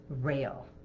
rail